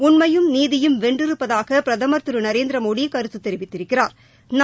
உண்மையும் நீதியும் வென்றிருப்பதாக பிரதமா் திரு நரேந்திரமோடி கருத்து தெரிவித்திருக்கிறாா்